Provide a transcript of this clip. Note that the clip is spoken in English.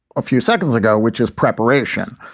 a few seconds ago, which is preparation.